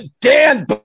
Dan